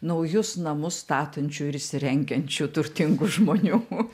naujus namus statančių ir įsirengiančių turtingų žmonių